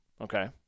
Okay